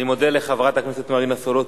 אני מודה לחברת הכנסת מרינה סולודקין,